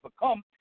become